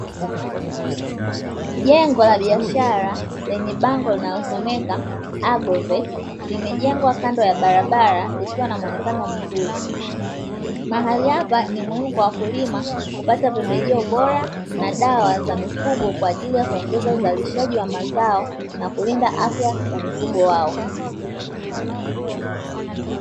Jengo la biashara, lenye bango linalosomeka "Agrovet" limejengwa kando ya barabara likiwa na muonekano mzuri. Mahali hapa ni muhimu kwa wakulima kupata pembejo bora na dawa za mifugo, kwa ajili ya kuongeza uzalishaji wa mazao na kulinda afya ya mifugo wao.